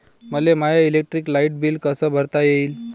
मले माय electric light bill कस भरता येईल?